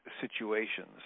situations